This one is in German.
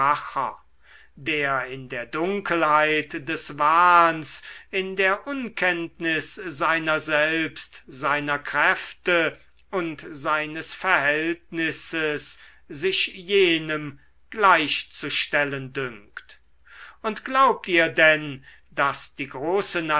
der in der dunkelheit des wahns in der unkenntnis seiner selbst seiner kräfte und seines verhältnisses sich jenem gleichzustellen dünkt und glaubt ihr denn daß die große